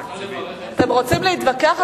אתם רוצים להתווכח,